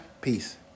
peace